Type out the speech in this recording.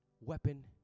weapon